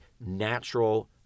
natural